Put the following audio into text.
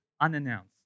unannounced